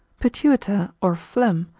pituita, or phlegm,